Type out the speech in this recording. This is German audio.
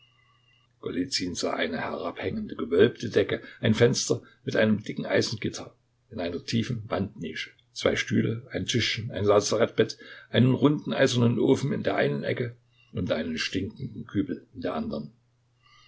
eine herabhängende gewölbte decke ein fenster mit einem dicken eisengitter in einer tiefen wandnische zwei stühle ein tischchen ein lazarettbett einen runden eisernen ofen in der einen ecke und einen stinkenden kübel in der andern